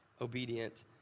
obedient